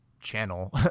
channel